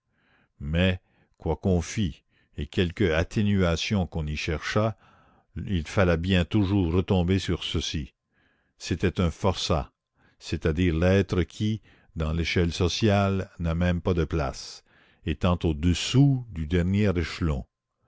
mais quoi qu'on fit et quelque atténuation qu'on y cherchât il fallait bien toujours retomber sur ceci c'était un forçat c'est-à-dire l'être qui dans l'échelle sociale n'a même pas de place étant au-dessous du dernier échelon